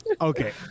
Okay